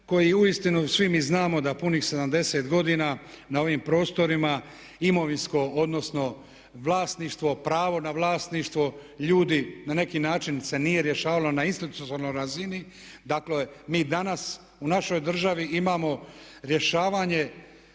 koji uistinu svi mi znamo da punih 70 godina na ovim prostorima imovinsko odnosno vlasništvo, pravo na vlasništvo ljudi na neki način se nije rješavalo na istoj razini, dakle mi danas u našoj državi imamo rješavanje